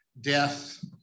death